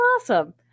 awesome